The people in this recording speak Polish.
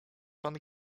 pan